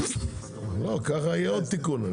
ככה יהיה עוד תיקון.